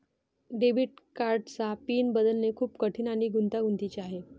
debit कार्डचा pin बदलणे खूप कठीण आणि गुंतागुंतीचे आहे